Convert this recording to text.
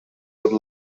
would